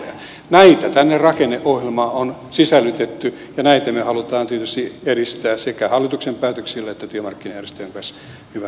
näitä tänne rakenneohjelmaan on sisällytetty ja näitä me haluamme tietysti edistää sekä hallituksen päätöksillä että työmarkkinajärjestöjen kanssa hyvällä yhteistyöllä